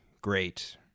great